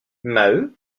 maheu